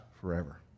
forever